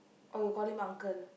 or you'll call him uncle